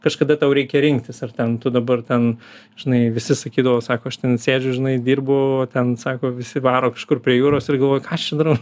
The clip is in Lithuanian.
kažkada tau reikia rinktis ar ten tu dabar ten žinai visi sakydavo sako aš ten sėdžiu žinai dirbu o ten sako visi varo kažkur prie jūros ir galvoji ką aš čia darau